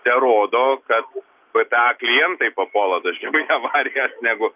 terodo kad bta klientai papuola dažniau į avarijas negu